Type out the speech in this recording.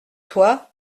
toi